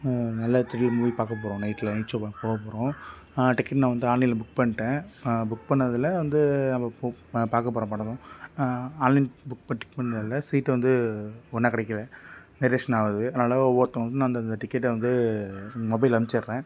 நல்ல thrill movie பார்க்கப் போகிறோம் நைட்டில் நைட் ஷோ பார்க்க போகப் போகிறோம் டிக்கெட் நான் வந்து ஆன்லைனில் புக் பண்ணிட்டேன் புக் பண்ணதில் வந்து நம்ம இப்போது பார்க்கப் போகிறோம் படம் ஆன்லைன் புக் ப டிக் பண்ணதில் சீட்டு வந்து ஒன்றா கிடைக்கில வேரியேஷன் ஆகுது அதனால் ஒவ்வொருத்தவங்களுக்கும் நான் அந்தந்த டிக்கெட்டை வந்து மொபைலில் அமுச்சிர்றேன்